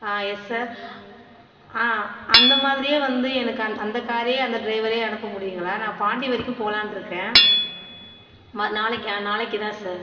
ஆ yes sir ஆ அந்த மாதிரியே வந்து எனக்கு அந் அந்த காரே அந்த ட்ரைவரயே அனுப்ப முடியுங்களா நான் பாண்டி வரைக்கும் போகலான் இருக்கேன் ம நாளைக்கு நாளைக்கு தான் சார்